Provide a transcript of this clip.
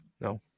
no